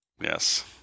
Yes